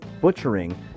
butchering